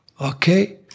Okay